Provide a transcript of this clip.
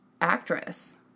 actress